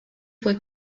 fue